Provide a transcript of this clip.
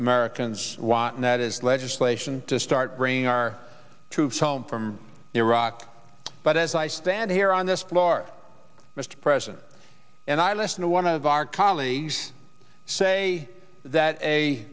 is legislation to start bringing our troops home from iraq but as i stand here on this floor mr president and i listened to one of our colleagues say that a